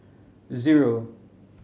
zero